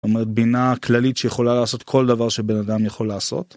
אומרת בינה כללית שיכולה לעשות כל דבר שבן אדם יכול לעשות.